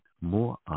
more